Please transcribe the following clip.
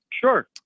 Sure